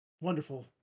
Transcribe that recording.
Wonderful